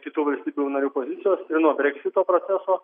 kitų valstybių narių pozicijos ir nuo breksito proceso